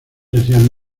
decían